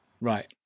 right